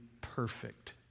perfect